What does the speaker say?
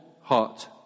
heart